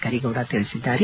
ಕರೀಗೌಡ ತಿಳಿಸಿದ್ದಾರೆ